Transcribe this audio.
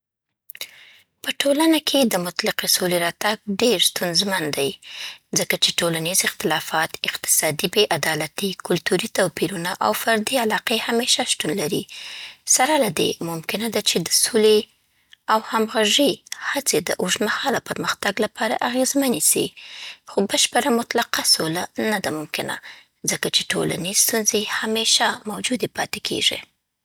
په ټولنه کې د مطلقې سولې راتګ ډير ستونزمن دی، ځکه چې ټولنیز اختلافات، اقتصادي بې عدالتي، کلتوري توپیرونه او فردي علاقې همیشه شتون لري. سره له دې، ممکنه ده چې د سولې او همغږۍ هڅې د اوږدمهاله پرمختګ لپاره اغېزمنې سي، خو بشپړه مطلقه سوله نده ممکنه، ځکه چې ټولنیزې ستونزې همیشه موجودې پاتې کېږي.